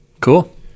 Cool